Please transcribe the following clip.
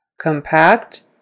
compact